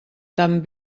tan